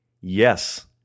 Yes